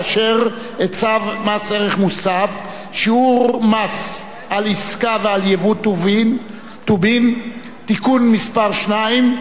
צו מס ערך מוסף (שיעור המס על עסקה ועל ייבוא טובין) (תיקון מס' 2),